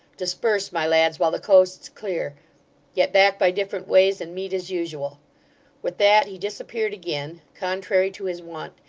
disperse, my lads, while the coast's clear get back by different ways and meet as usual with that, he disappeared again contrary to his wont,